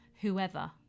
whoever